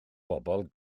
bobl